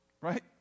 right